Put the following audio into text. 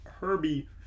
Herbie